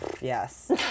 Yes